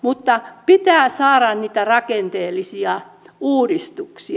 mutta pitää saada niitä rakenteellisia uudistuksia